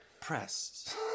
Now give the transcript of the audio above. press